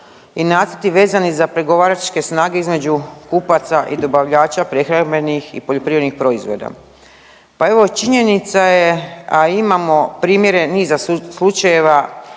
i nacrti vezani za pregovaračke snage između kupaca i dobavljača prehrambenih i poljoprivrednih proizvoda, pa evo činjenica je, a imamo primjere niza slučajeva